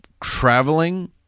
traveling